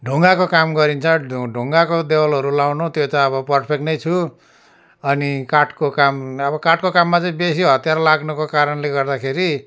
ढुङ्गाको काम गरिन्छ ढुङ् ढुङ्गाको देवलहरू लाउनु त्यो चाहिँ अब पर्फेक्ट नै छु अनि काठको काम अब काठको काममा चाहिँ बेसी हतियार लाग्नुको कारणले गर्दाखेरि